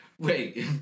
Wait